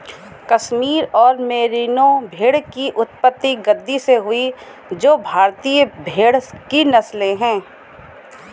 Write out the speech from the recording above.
कश्मीर और मेरिनो भेड़ की उत्पत्ति गद्दी से हुई जो भारतीय भेड़ की नस्लें है